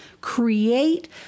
create